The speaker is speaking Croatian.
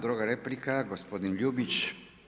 Druga replika gospodin Ljubić.